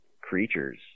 creatures